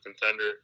contender